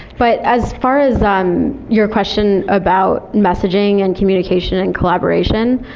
but as far as um your question about messaging and communication and collaboration,